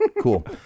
Cool